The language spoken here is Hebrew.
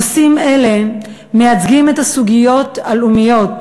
נושאים אלה מייצגים את הסוגיות הלאומיות